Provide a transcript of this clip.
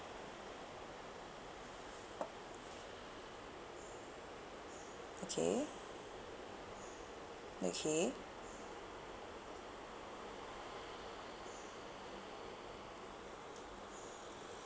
okay okay